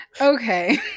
okay